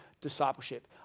discipleship